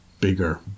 bigger